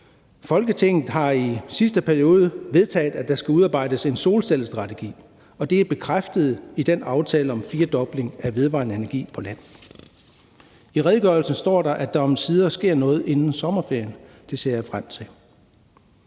Folketinget har i sidste periode vedtaget, at der skal udarbejdes en solcellestrategi, og det er bekræftet i den aftale om en firedobling af vedvarende energi på land. I redegørelsen står der, at der omsider sker noget inden sommerferien. Det ser jeg frem til.